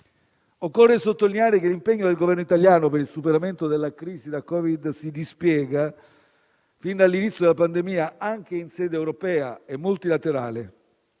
Occorre sottolineare che l'impegno del Governo italiano per il superamento della crisi da Covid si dispiega, fin dall'inizio della pandemia, anche in sede europea e multilaterale.